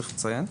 צריך לציין.